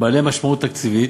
בעלי משמעות תקציבית,